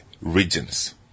regions